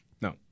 No